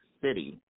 City